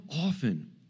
often